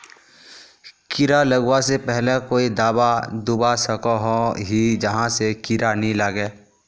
कीड़ा लगवा से पहले कोई दाबा दुबा सकोहो ही जहा से कीड़ा नी लागे?